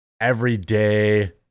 everyday